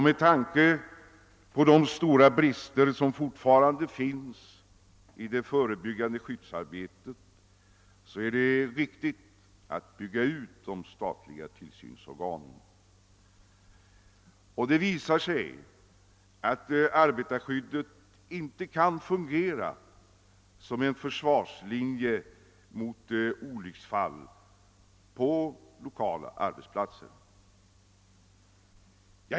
Med tanke på de stora brister som fortfarande finns i det förebyggande skyddsarbetet är det vik tigt att bygga ut de statliga tillsynsorganen. Det visar sig att arbetarskyddet inte kan fungera som en försvarslinje mot olycksfall på lokala arbetsplatser.